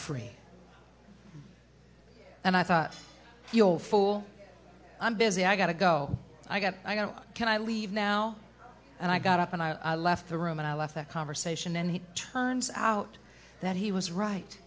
free and i thought you know fool i'm busy i got to go i got i know can i leave now and i got up and i left the room and i left that conversation and he turns out that he was right